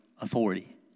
authority